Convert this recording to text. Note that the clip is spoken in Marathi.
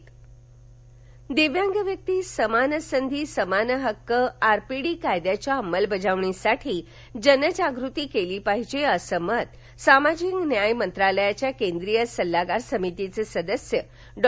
आरपीडी कार्यशाळा दिव्यांग व्यक्ती समान संधी समान हक्क आरपीडी कायद्याच्या अमंलबजावणीसाठी जनजागृती केली पाहिजे असं मत सामाजिक न्याय मंत्रालयाच्या केंद्रिय सल्लागार समितीचे सल्लागार डॉ